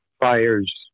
fires